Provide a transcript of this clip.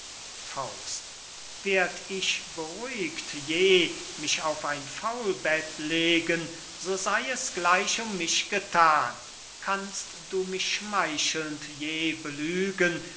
mögen werd ich beruhigt je mich auf ein faulbett legen so sey es gleich um mich gethan kannst du mich schmeichelnd je belügen